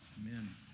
amen